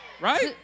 right